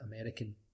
American